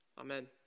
amen